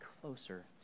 closer